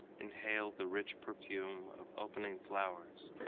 inhale the rich perfume of opening flowers,